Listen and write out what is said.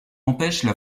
empêchent